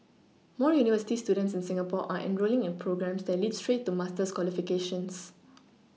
more university students in Singapore are enrolling in programmes that lead straight to master's qualifications